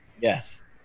Yes